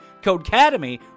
Codecademy